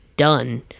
Done